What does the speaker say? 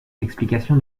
l’explication